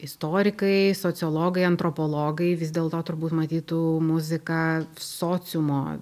istorikai sociologai antropologai vis dėlto turbūt matytų muziką sociumo